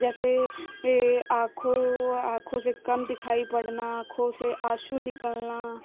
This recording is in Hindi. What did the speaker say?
जैसे आँखों ओ आँखों से कम दिखाई पड़ना आँखों से आँसू निकलना